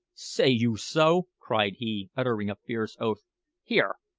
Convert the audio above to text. say you so? cried he, uttering a fierce oath here,